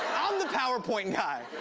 i'm the powerpoint guy.